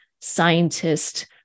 scientist